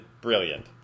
brilliant